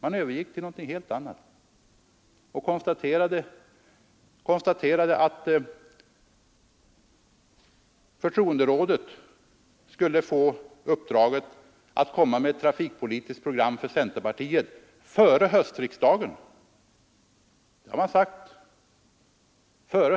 Man övergick till något helt annat och konstaterade att förtroenderådet skulle få uppdraget att lägga fram ett trafikpolitiskt program för centerpartiet före höstriksdagen. Det har man sagt.